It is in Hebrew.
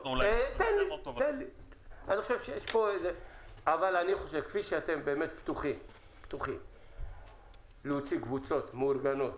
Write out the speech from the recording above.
כפי שאתם פתוחים להוציא קבוצות מאורגנות